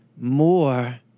more